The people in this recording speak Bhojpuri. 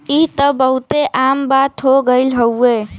ई त बहुते आम बात हो गइल हउवे